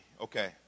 Okay